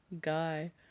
Guy